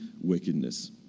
wickedness